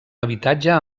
habitatge